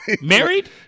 Married